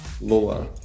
Lola